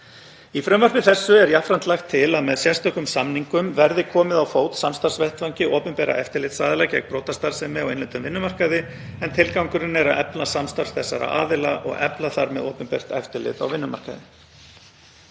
Í frumvarpi þessu er jafnframt lagt til að með sérstökum samningum verði komið á fót samstarfsvettvangi opinberra eftirlitsaðila gegn brotastarfsemi á innlendum vinnumarkaði en tilgangurinn er að efla samstarf þessara aðila og efla þar með opinbert eftirlit á vinnumarkaði.